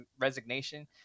resignation